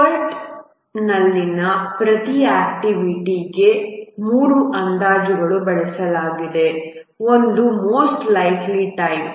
PERT ಯಲ್ಲಿನ ಪ್ರತಿ ಆಕ್ಟಿವಿಟಿಗೆ 3 ಅಂದಾಜುಗಳನ್ನು ಒದಗಿಸಲಾಗಿದೆ ಒಂದು ಮೋಸ್ಟ್ ಲೈಕ್ಲಿ ಟೈಮ್